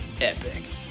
epic